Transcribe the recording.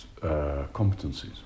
competencies